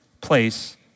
place